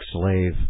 slave